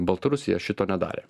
baltarusija šito nedarė